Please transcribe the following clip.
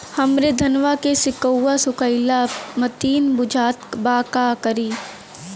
हमरे धनवा के सीक्कउआ सुखइला मतीन बुझात बा का करीं?